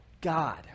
God